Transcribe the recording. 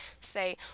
say